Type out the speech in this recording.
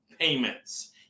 payments